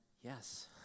yes